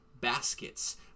baskets